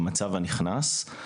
במצב הנכנס.